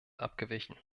abgewichen